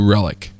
Relic